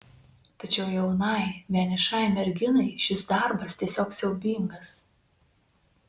tačiau jaunai vienišai merginai šis darbas tiesiog siaubingas